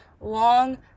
long